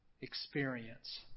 experience